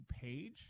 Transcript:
page